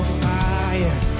fire